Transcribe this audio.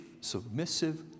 submissive